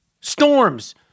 storms